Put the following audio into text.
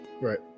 right